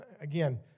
Again